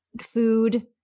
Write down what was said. food